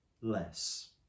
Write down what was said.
less